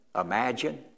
imagine